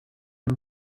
and